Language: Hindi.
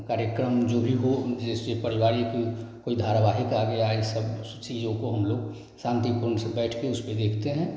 कार्यक्रम जो भी हो जिससे पारिवारिक कोई धारावाहिक आ गया है इन सब सू चीज़ों को हम लोग शांतिपूर्ण से बैठ के उस पर देखते हैं